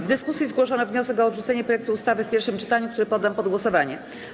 W dyskusji zgłoszono wniosek o odrzucenie projektu ustawy w pierwszym czytaniu, który poddam pod głosowanie.